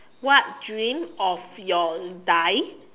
what dream of your die